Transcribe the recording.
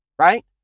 Right